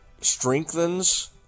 strengthens